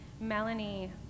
Melanie